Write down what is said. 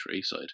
side